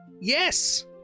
Yes